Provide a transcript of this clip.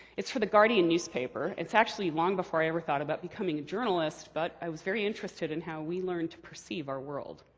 it's for the guardian newspaper. it's actually long before i ever thought about becoming a journalist, but i was very interested in how we learn to perceive our world.